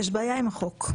יש בעיה עם החוק.